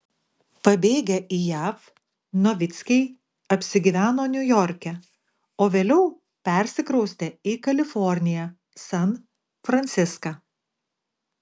pabėgę į jav novickiai apsigyveno niujorke o vėliau persikraustė į kaliforniją san franciską